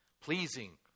pleasing